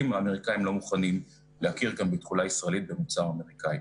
האמריקאים לא מוכנים להכיר גם בתכולה ישראלית במוצר אמריקאי.